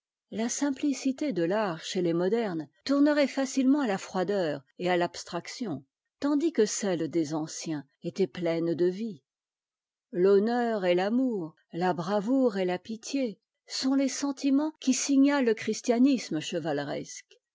la simplicité de l'art chez les modernes tournerait facilement à la froideur et à l'abstraction tandis que celle des anciens était pleine de vie l'honneur et l'amour la bravoure et la pitié sont les sentiments qui signalent le christianisme chevaleresque